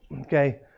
Okay